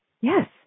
Yes